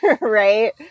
right